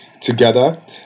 together